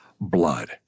blood